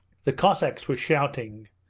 the cossacks were shouting.